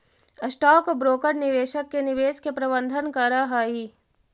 stock broker निवेशक के निवेश के प्रबंधन करऽ हई